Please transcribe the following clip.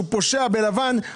הוא פושע בלבן,